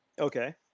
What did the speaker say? Okay